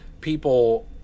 people